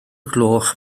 gloch